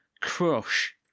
crush